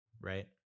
Right